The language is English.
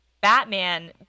Batman